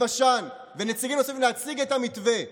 אלבשן ונציגים נוספים להציג את המתווה.